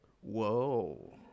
Whoa